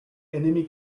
enemy